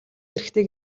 хэрэгтэй